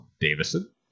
Davison